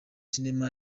cinema